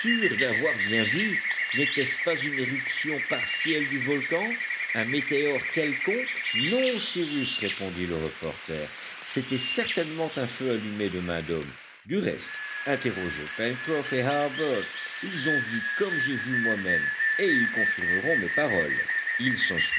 d'avoir bien vu n'était-ce pas une éruption partielle du volcan un météore quelconque non cyrus répondit le reporter c'était certainement un feu allumé de main d'homme du reste interrogez pencroff et harbert ils ont vu comme j'ai vu moi-même et ils confirmeront mes paroles il